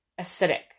acidic